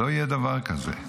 לא יהיה דבר כזה.